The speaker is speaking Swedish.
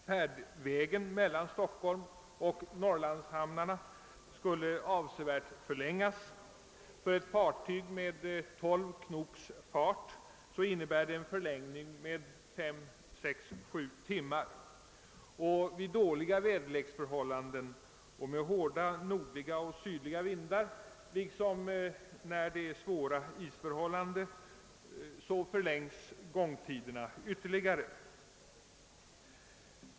Färdvägen mellan Stockholm och norrlandshamnarna skulle avsevärt förlängas; för ett fartyg med 12 knops fart skärgård skulle det innebära en ökning med 5— 7 timmar. Vid dålig väderlek med hårda nordliga eller sydliga vindar liksom vid svåra isförhållanden förlängs gångtiderna ytterligare.